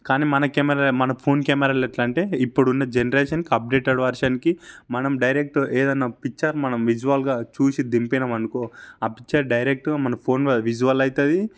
కానీ మన కెమెరా మన ఫోన్ కెమెరాలో ఎట్లా అంటే ఇప్పుడున్న జనరేషన్కు అప్డేటెడ్ వెర్షన్కి మనం డైరెక్ట్ ఏదైనా పిక్చర్ మనం విజువల్గా చూసి దింపినం అనుకో ఆ పిక్చర్ డైరెక్ట్గా మన ఫోన్లో విజువల్ అవుతుంది